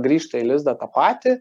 grįžta į lizdą tą patį